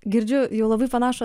girdžiu jau labai panašų